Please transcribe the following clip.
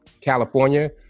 California